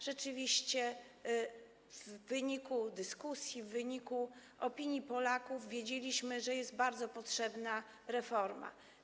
Rzeczywiście w wyniku dyskusji, w wyniku zasięgnięcia opinii Polaków wiedzieliśmy, że jest bardzo potrzebna reforma.